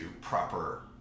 proper